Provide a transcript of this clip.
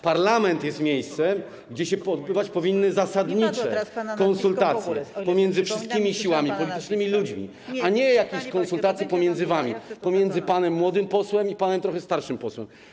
Parlament jest miejscem, gdzie powinny odbywać się zasadnicze konsultacje pomiędzy wszystkimi siłami politycznymi i ludźmi, a nie jakieś konsultacje pomiędzy wami, pomiędzy panem młodym posłem i panem trochę starszym posłem.